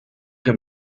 que